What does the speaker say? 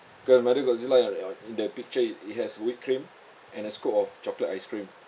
got milo godzilla or in the picture it it has whipped cream and a scoop of chocolate ice cream